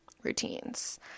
routines